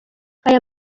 aya